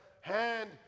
hand